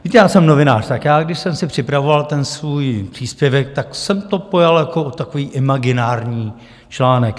Víte, já jsem novinář, tak já když jsem si připravoval ten svůj příspěvek, tak jsem to pojal jako takový imaginární článek.